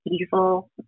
evil